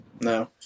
No